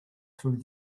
through